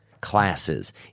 classes